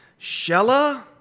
Shella